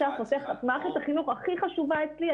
מערכת החינוך הכי חשובה אצלי,